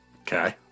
Okay